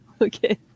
Okay